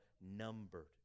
numbered